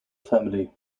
family